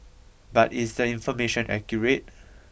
but is the information accurate